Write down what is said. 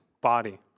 body